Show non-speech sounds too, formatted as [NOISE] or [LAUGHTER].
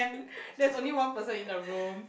[BREATH] there's only one person in the room